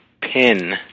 pin